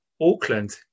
Auckland